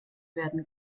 werden